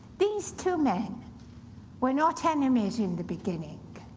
these two men were not enemies in the beginning.